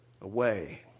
Away